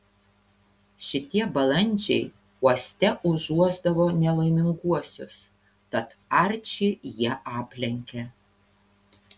šitie balandžiai uoste užuosdavo nelaiminguosius tad arčį jie aplenkė